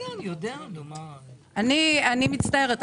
אני, אני מצטערת.